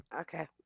Okay